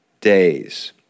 days